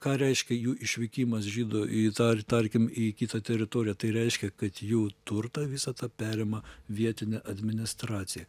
ką reiškia jų išvykimas žydų į tą tarkim į kitą teritoriją tai reiškia kad jų turtą visą tą perima vietinė administracija